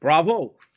Bravo